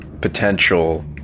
potential